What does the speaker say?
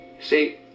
see